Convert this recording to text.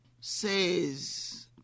says